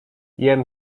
jem